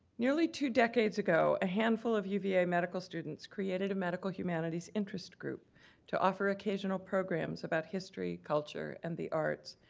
nearly two decades ago, a handful of uva medical students created a medical humanities interest group to offer occasional programs about history, culture, and the arts,